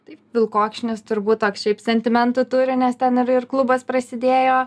tai vilkokšnis turbūt šiaip sentimentų turi nes ten ir ir klubas prasidėjo